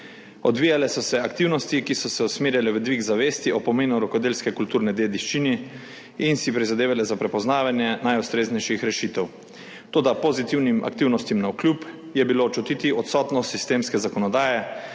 Odvijale so se aktivnosti, ki so se usmerjale v dvig zavesti o pomenu rokodelske kulturne dediščine in si prizadevale za prepoznavanje najustreznejših rešitev. Toda pozitivnim aktivnostim navkljub je bilo čutiti odsotnost sistemske zakonodaje,